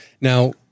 now